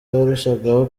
yarushagaho